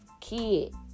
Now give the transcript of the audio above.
kid